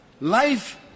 life